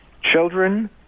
Children